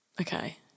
Okay